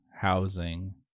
housing